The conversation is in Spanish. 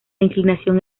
inclinación